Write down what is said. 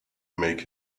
make